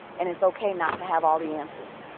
and it's okay not to have all the answers.